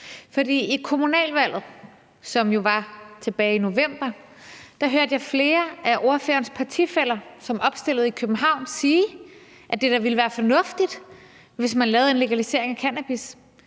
i kommunalvalget, som jo var tilbage i november, hørte jeg flere af ordførerens partifæller, som er opstillet i København, sige, at det da ville være fornuftigt, hvis man lavede en legalisering af cannabis,